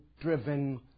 driven